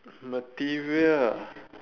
material ah